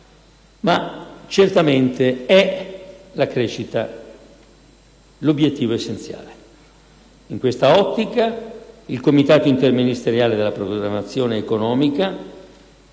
Ma, certamente, è la crescita l'obiettivo essenziale. In quest'ottica, il Comitato interministeriale per la programmazione economica